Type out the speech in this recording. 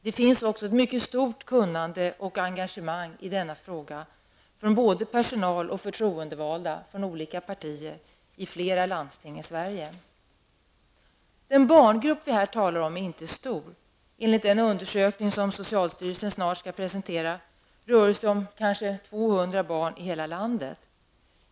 Det finns också ett mycket stort kunnande i denna fråga och ett mycket stort engagemang från både personal och förtroendevalda från olika partier i flera landsting i Sverige. Den barngrupp vi här talar om är inte stor. Enligt den undersökning som socialstyrelsen snart skall presentera rör det sig om ca 200 barn i hela landet.